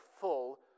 full